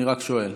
אני רק שואל.